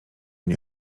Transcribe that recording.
nie